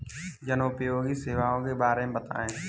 जनोपयोगी सेवाओं के बारे में बताएँ?